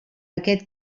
aquest